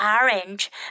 orange